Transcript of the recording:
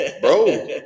bro